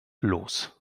los